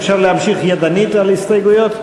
אפשר להמשיך להצביע ידנית על ההסתייגויות?